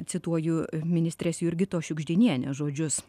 cituoju ministrės jurgitos šiugždinienės žodžius